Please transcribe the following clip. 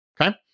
Okay